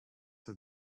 have